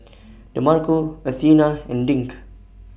Demarco Athena and Dink